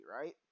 right